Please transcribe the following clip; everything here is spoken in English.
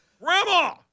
Grandma